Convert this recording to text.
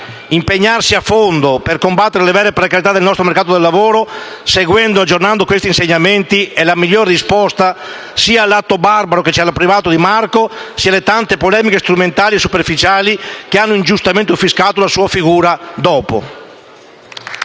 Impegnarsi a fondo per combattere le vere "precarietà" del nostro mercato del lavoro, seguendo ed aggiornando questi insegnamenti, è la migliore risposta sia all'atto barbaro che ci ha privato di Marco sia alle tante polemiche strumentali e superficiali che hanno ingiustamente offuscato la sua figura dopo.